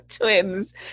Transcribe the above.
Twins